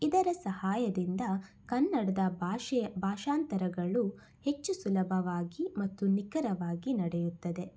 ಇದರ ಸಹಾಯದಿಂದ ಕನ್ನಡದ ಭಾಷೆ ಭಾಷಾಂತರಗಳು ಹೆಚ್ಚು ಸುಲಭವಾಗಿ ಮತ್ತು ನಿಖರವಾಗಿ ನಡೆಯುತ್ತದೆ